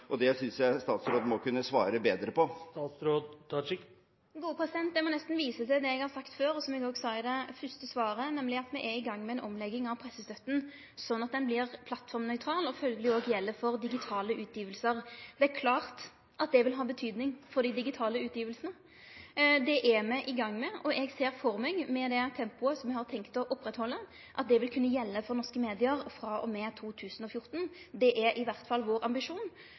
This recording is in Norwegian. Det synes jeg statsråden må kunne svare bedre på. Eg må nesten vise til det eg har sagt før, og som eg òg sa i det fyrste svaret, nemleg at me er i gang med ei omlegging av pressestøtta, sånn at ho blir plattformnøytral og følgjeleg òg gjeld for digitale utgjevingar. Det er klart at det vil ha betydning for dei digitale utgjevingane. Det er me i gang med, og eg ser for meg – med det tempoet som me har tenkt å halde oppe – at det vil kunne gjelde for norske medium frå og med 2014. Det er i alle fall vår ambisjon,